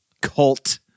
cult